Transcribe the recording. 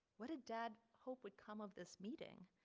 what did dad hope would come of this meeting?